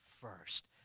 first